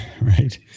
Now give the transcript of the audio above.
right